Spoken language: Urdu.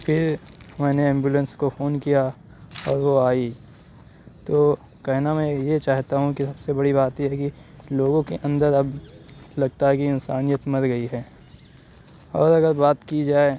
پھر میں نے ایمبولینس کو فون کیا اور وہ آئی تو کہنا میں یہ چاہتا ہوں کہ سب سے بڑی بات یہ ہے کہ لوگوں کے اندر اب لگتا ہے کہ انسانیت مر گئی ہے اور اگر بات کی جائے